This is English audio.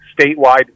statewide